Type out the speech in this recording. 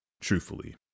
truthfully